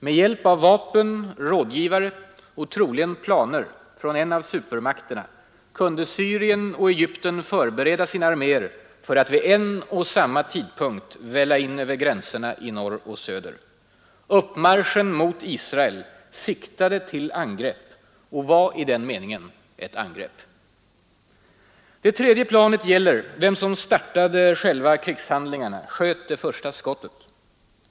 Med hjälp av vapen, rådgivare och troligen planer från en av supermakterna kunde Syrien och Egypten förbereda sina arméer för att vid en och samma tidpunkt välla in över gränserna i norr och söder. Uppmarschen mot Israel siktade till angrepp och var i den meningen ett angrepp. Det tredje planet gäller vem som startade själva krigshandlingarna, sköt det första skottet.